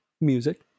music